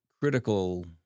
critical